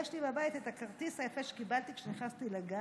יש לי בבית את הכרטיס היפה שקיבלתי כשנכנסתי לגן.